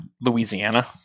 Louisiana